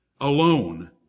alone